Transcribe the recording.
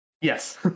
yes